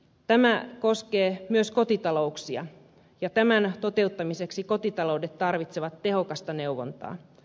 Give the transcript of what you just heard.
tämä koskee myös kotitalouksia ja tämän toteuttamiseksi kotitaloudet tarvitsevat tehokasta neuvontaa